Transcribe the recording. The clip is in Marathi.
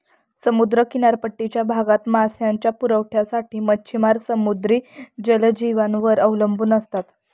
समुद्र किनारपट्टीच्या भागात मांसाच्या पुरवठ्यासाठी मच्छिमार समुद्री जलजीवांवर अवलंबून असतात